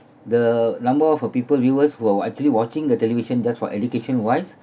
the number of a people viewers who are actually watching the television just for education wise